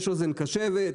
יש אוזן קשבת,